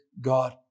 God